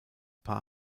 paar